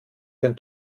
den